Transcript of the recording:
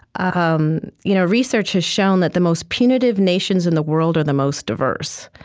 um you know research has shown that the most punitive nations in the world are the most diverse